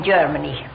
Germany